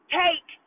take